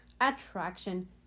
attraction